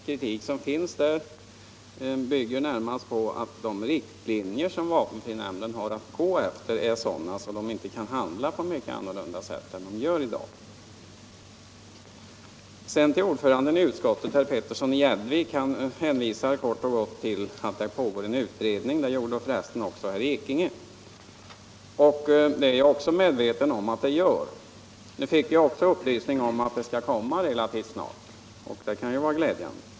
Kritiken bygger närmast på att de riktlinjer som vapenfrinämnden har att gå efter är sådana att nämndens ledamöter inte kan handla mycket annorlunda än de gör i dag. Ordföranden i utskottet, herr Petersson i Gäddvik, hänvisar kort och gott till att det pågår en utredning. Det gjorde för resten också herr Ekinge. Jag är naturligtvis medveten om att en utredning pågår. Nu fick jag upplysning om att utredningens förslag skall komma relativt snart, och det kan vara glädjande.